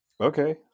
Okay